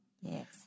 Yes